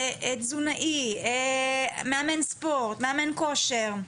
תזונאי, מאמן ספורט, מאמן כושר,